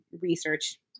research